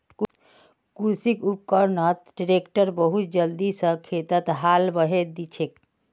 कृषि उपकरणत ट्रैक्टर बहुत जल्दी स खेतत हाल बहें दिछेक